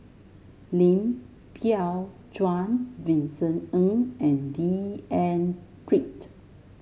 Lim Biow Chuan Vincent Ng and D N Pritt